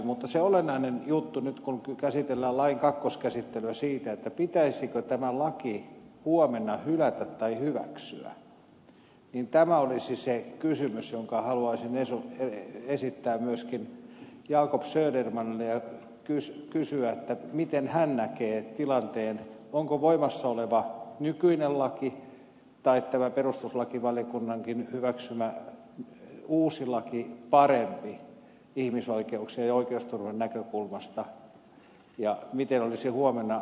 mutta se olennainen juttu nyt kun käsitellään lain kakkoskäsittelyssä sitä pitäisikö tämä laki huomenna hylätä tai hyväksyä on että tämä olisi se kysymys jonka haluaisin esittää myöskin jacob södermanille ja kysyä miten hän näkee tilanteen onko voimassa oleva nykyinen laki vai tämä perustuslakivaliokunnankin hyväksymä uusi laki parempi ihmisoikeuksien ja oikeusturvan näkökulmasta ja miten olisi huomenna viisasta toimia